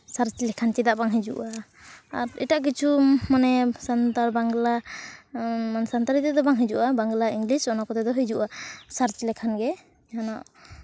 search ᱞᱮᱠᱷᱟᱱ ᱪᱮᱫᱟᱜ ᱵᱟᱝ ᱦᱤᱡᱩᱜᱼᱟ ᱟᱨ ᱮᱴᱟᱜ ᱠᱤᱪᱷᱩ ᱢᱟᱱᱮ ᱥᱟᱱᱛᱟᱲ ᱵᱟᱝᱞᱟ ᱥᱟᱱᱛᱟᱲᱤ ᱛᱮᱫᱚ ᱵᱟᱝ ᱦᱤᱡᱩᱜᱼᱟ ᱵᱟᱝᱞᱟ ᱤᱝᱞᱤᱥ ᱚᱱᱟ ᱠᱚᱛᱮ ᱫᱚ ᱦᱤᱡᱩᱜᱼᱟ ᱥᱟᱨᱪ ᱞᱮᱠᱷᱟᱱᱜᱮ ᱡᱮᱱᱚ